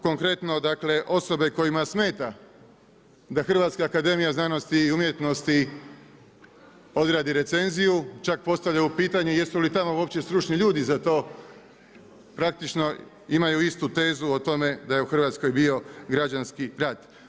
Konkretno, dakle, osobe kojima smeta, da Hrvatska akademija znanosti i umjetnosti, odradi recenziju, čak postavljaju pitanje, jesu li tamo uopće stručni ljudi za to, praktično, imaju istu tezu, o tome da je u Hrvatskoj bio građanski rat.